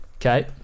okay